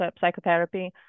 psychotherapy